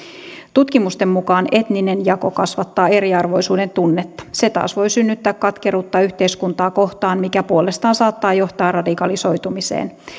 tutkimusten mukaan etninen jako kasvattaa eriarvoisuuden tunnetta se taas voi synnyttää katkeruutta yhteiskuntaa kohtaan mikä puolestaan saattaa johtaa radikalisoitumiseen